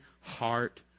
heart